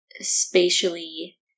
spatially